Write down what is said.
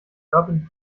urban